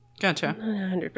Gotcha